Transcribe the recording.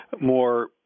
more